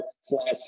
slash